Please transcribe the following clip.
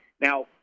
Now